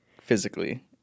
physically